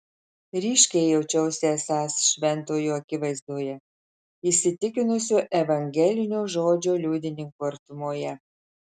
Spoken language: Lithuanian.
ryškiai jaučiausi esąs šventojo akivaizdoje įsitikinusio evangelinio žodžio liudininko artumoje